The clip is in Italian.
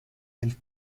del